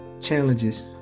challenges